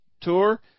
Tour